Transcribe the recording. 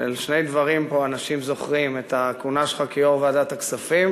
על שני דברים פה אנשים זוכרים: את הכהונה שלך כיו"ר ועדת הכספים,